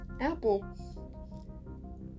Apple